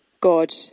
God